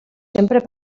sempre